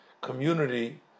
community